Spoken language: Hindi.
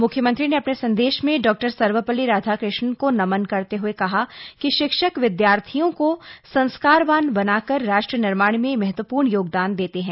म्ख्यमंत्री ने अपने संदेश में डॉ सर्वपल्ली राधाकृष्णन को नमन करते हए कहा कि शिक्षक विद्यार्थियों को संस्कारवान बनाकर राष्ट्र निर्माण में महत्वपूर्ण योगदान देते हैं